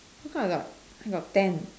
how come I got I got ten